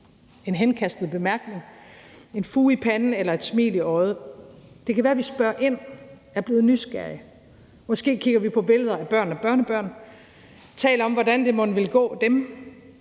en henkastet bemærkning, en fuge i panden eller et smil i øjet. Det kan være, at vi spørger ind, og at vi er blevet nysgerrige. Måske kigger vi på billeder af børn og børnebørn og taler om, hvordan det mon vil gå dem.